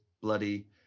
bloody